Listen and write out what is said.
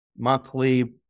monthly